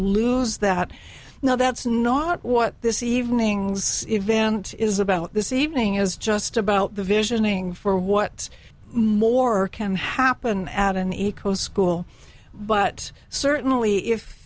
lose that now that's not what this evening's event is about this evening is just about the visioning for what more can happen at an eco school but certainly if